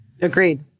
Agreed